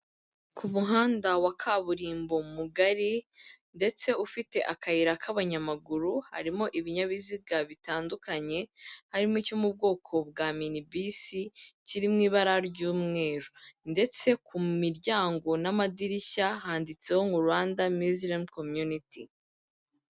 Ku muhanda wa kaburimbo mugari ndetse ufite akayira k'abanyamaguru harimo ibinyabiziga bitandukanye, harimo icyo mu bwoko bwa minibisi kiri mi ibara ry'umweru ndetse ku miryango n'amadirishya handitseho mu Rwanda muzilimu komyuniti.